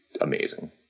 amazing